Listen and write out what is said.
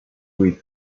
with